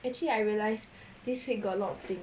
actually I realise this week got a lot of thing